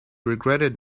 regretted